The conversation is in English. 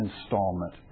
installment